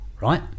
right